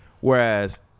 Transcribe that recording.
whereas